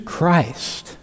Christ